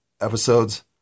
episodes